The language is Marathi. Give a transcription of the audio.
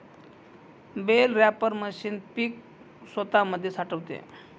बेल रॅपर मशीन पीक स्वतामध्ये साठवते